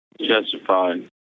Justified